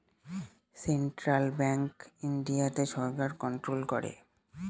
central bank ইন্ডিয়াতে সরকার control করে